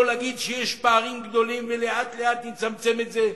לא להגיד שיש פערים גדולים ולאט-לאט נצמצם את זה.